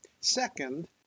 Second